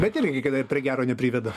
bet irgi kai kada ir prie gero nepriveda